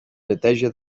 neteja